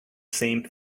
same